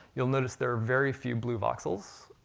you'll notice there are very few blue voxels,